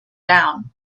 down